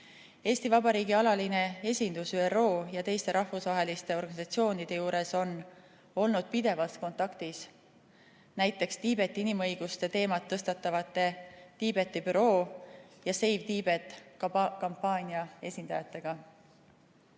Eesti Vabariigi alaline esindus ÜRO ja teiste rahvusvaheliste organisatsioonide juures on olnud pidevalt kontaktis näiteks Tiibeti inimõiguste teemat tõstatavate Tiibeti büroo ja kampaania "Save